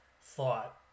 thought